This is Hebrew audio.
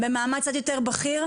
-- שהם במעמד קצת יותר בכיר,